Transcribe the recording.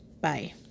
bye